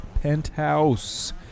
Penthouse